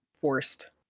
forced